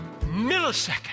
millisecond